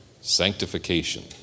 Sanctification